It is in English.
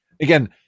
again